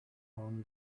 own